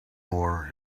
mower